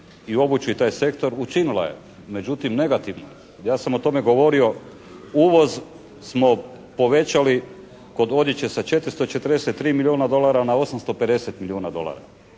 i obuću i taj sektor. Učinila, međutim negativno. Ja sam o tome govorio. Uvoz smo povećali kod odjeće sa 443 milijuna dolara na 850 milijuna dolara.